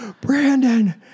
Brandon